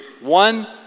one